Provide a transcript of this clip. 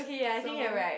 so